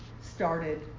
started